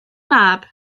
mab